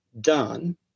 done